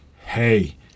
hey